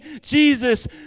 jesus